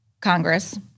Congress